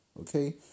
Okay